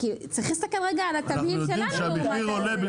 צריך להסתכל רגע על התמהיל שלנו אנחנו יודעים שהמחיר עולה,